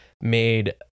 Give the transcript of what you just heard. made